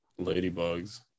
Ladybugs